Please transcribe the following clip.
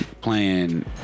playing